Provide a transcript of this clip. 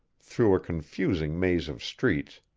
through a confusing maze of streets,